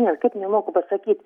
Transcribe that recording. ne kaip nemoku pasakyt